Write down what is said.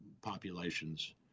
populations